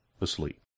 asleep